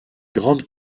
grande